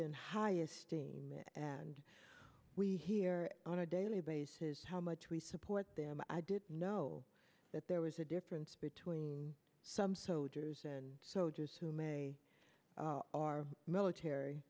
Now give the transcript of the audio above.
in high esteem and we hear on a daily basis how much we support them i did know that there was a difference between some soldiers and soldiers who may our military